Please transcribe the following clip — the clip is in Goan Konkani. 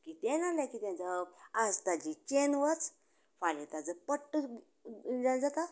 कितें ना जाल्यार कितें जावप आयज तांची चेन वच फाल्यां ताचो पट्टो हे जाता नाजाल्यार